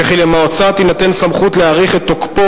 וכי למועצה תינתן סמכות להאריך את תוקפו